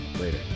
later